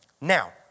Now